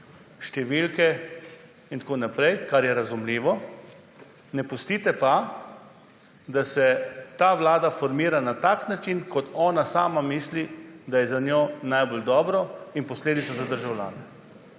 številke in tako naprej, kar je razumljivo, ne pustite pa, da se ta vlada formira na tak način, kot ona sama misli, da je za njo najbolj dobro in posledično za državljane.